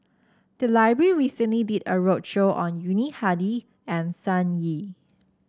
the library recently did a roadshow on Yuni Hadi and Sun Yee